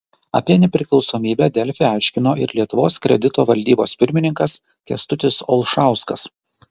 apie nepriklausomybę delfi aiškino ir lietuvos kredito valdybos pirmininkas kęstutis olšauskas